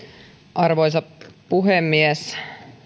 arvoisa puhemies